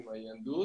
עם היהדות,